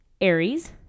Aries